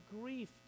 grief